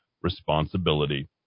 responsibility